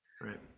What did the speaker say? Right